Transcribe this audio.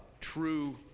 true